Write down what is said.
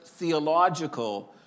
Theological